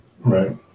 Right